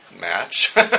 match